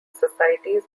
societies